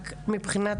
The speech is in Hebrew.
רק מבחינת